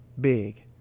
big